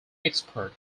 expert